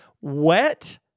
Wet